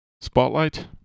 Spotlight